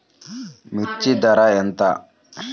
మిర్చి ధర ఎంత?